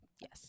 yes